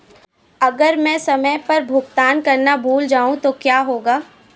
अगर मैं समय पर भुगतान करना भूल जाऊं तो क्या होगा?